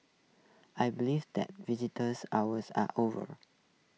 I believe that visitors hours are over